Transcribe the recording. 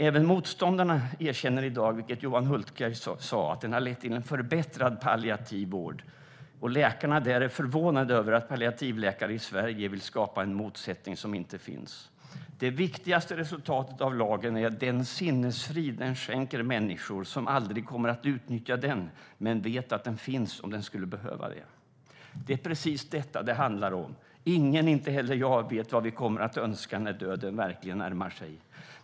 Även motståndarna erkänner i dag" - det sa Johan Hultberg - "att den lett till en förbättrad palliativ vård, och läkarna där är förvånade över att palliativläkare i Sverige vill skapa en motsättning som inte finns. Det viktigaste resultatet av lagen är 'den sinnesfrid den skänker människor som aldrig kommer att utnyttja den men som vet att den finns om de skulle behöva den'. Det är precis detta det handlar om. Ingen, inte heller jag, vet vad vi kommer att önska när döden verkligen närmar sig.